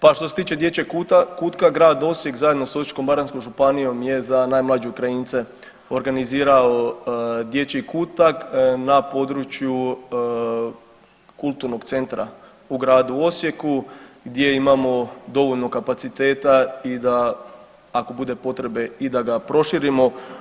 Pa što se tiče dječjeg kutka grad Osijek zajedno s Osječko-baranjskom županijom je za najmlađe Ukrajince organizirao dječji kutak na području kulturnog centra u gradu Osijeku gdje imamo dovoljno kapaciteta i da ako bude potrebe i da ga proširimo.